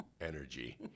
energy